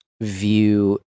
view